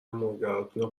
مرورگراتونو